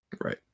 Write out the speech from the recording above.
Right